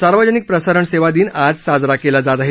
सार्वजनिक प्रसारणसेवा दिन आज साजरा केला जात आहे